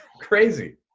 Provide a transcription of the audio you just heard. crazy